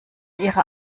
ihrer